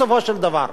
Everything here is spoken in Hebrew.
בסופו של דבר,